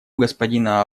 господина